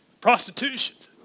prostitution